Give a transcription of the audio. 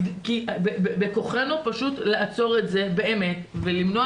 כי בכוחנו פשוט לעצור את זה באמת ולמנוע